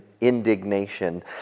indignation